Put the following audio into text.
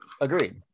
Agreed